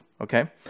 okay